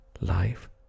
life